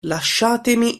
lasciatemi